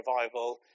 revival